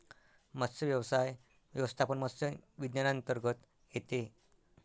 मत्स्यव्यवसाय व्यवस्थापन मत्स्य विज्ञानांतर्गत येते